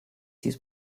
dies